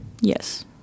Yes